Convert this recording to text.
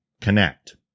connect